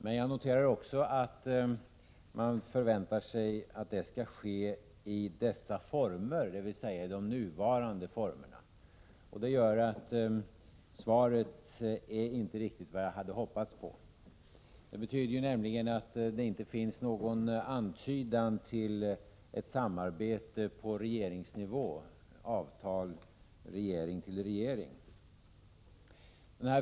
Men jag noterar också att man förväntar sig att det skall ske ”i dessa former”, dvs. i de nuvarande formerna. Det gör att svaret inte är riktigt vad jag hade hoppats på. Det betyder nämligen att det inte finns någon antydan till ett samarbete på regeringsnivå, dvs. avtal mellan regeringarna.